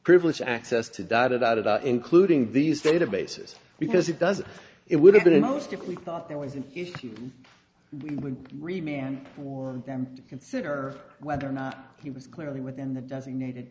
privileged access to data it out it out including these databases because it doesn't it would have been almost if we thought there was an issue we remain for them to consider whether or not he was clearly within the designated